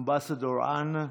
ambassador Ann,